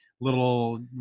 little